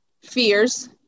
fears